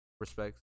Respect